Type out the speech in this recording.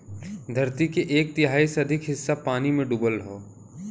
धरती के एक तिहाई से अधिक हिस्सा पानी में डूबल हौ